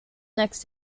next